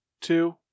two